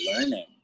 learning